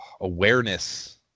awareness